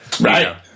Right